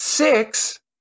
Six